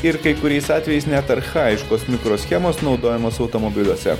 ir kai kuriais atvejais net archajiškos mikroschemos naudojamos automobiliuose